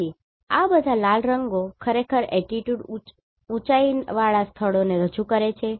તેથી આ બધા લાલ રંગો ખરેખર Altitude ઊંચાઇવાળા સ્થળોને રજૂ કરે છે